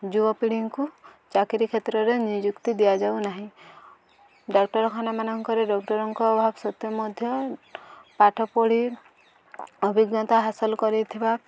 ଯୁବପିଢ଼ୀଙ୍କୁ ଚାକିରି କ୍ଷେତ୍ରରେ ନିଯୁକ୍ତି ଦିଆଯାଉନାହିଁ ଡ଼ାକ୍ତରଖାନାମାନଙ୍କରେ ଡ଼କ୍ଟରଙ୍କ ଅଭାବ ସତ୍ତ୍ୱେ ମଧ୍ୟ ପାଠ ପଢ଼ି ଅଭିଜ୍ଞତା ହାସଲ କରେଇଥିବା